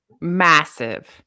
Massive